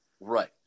Right